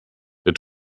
der